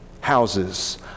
houses